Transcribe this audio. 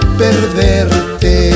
perderte